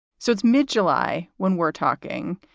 so it's mid-july when we're talking.